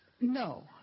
No